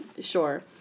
Sure